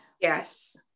yes